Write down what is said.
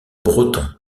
breton